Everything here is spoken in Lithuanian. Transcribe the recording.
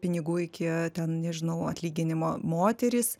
pinigų iki ten nežinau atlyginimo moterys